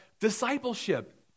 discipleship